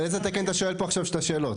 על איזה תקן אתה שואל פה עכשיו את השאלות?